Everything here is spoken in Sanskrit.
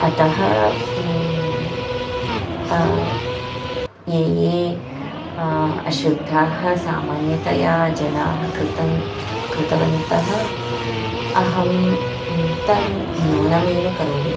अतः ये ये अशुद्धाः सामान्यतया जनाः कृतं कृतवन्तः अहं तं न्यूनमेव करोमि